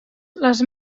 les